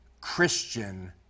Christian